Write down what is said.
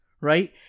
right